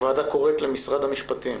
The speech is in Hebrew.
הוועדה קוראת למשרד המשפטים,